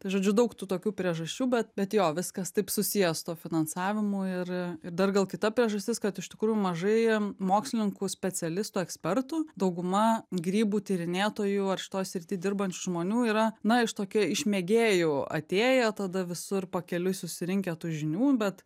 tai žodžiu daug tų tokių priežasčių bet bet jo viskas taip susiję su finansavimu ir ir dar gal kita priežastis kad iš tikrųjų mažai mokslininkų specialistų ekspertų dauguma grybų tyrinėtojų ar šitoj srity dirbančių žmonių yra na tokia iš mėgėjų atėjo tada visur pakeliui susirinkę tų žinių bet